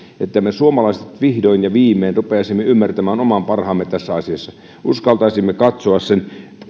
että me suomalaiset vihdoin ja viimein rupeaisimme ymmärtämään oman parhaamme tässä asiassa uskaltaisimme katsoa sen